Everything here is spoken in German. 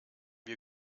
wir